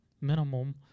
minimum